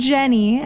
Jenny